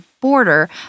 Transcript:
border